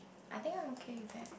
I think I'm okay with that